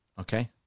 Okay